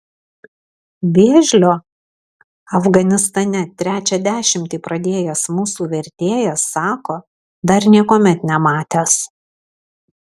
vėžlio afganistane trečią dešimtį pradėjęs mūsų vertėjas sako dar niekuomet nematęs